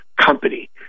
company